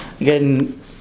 Again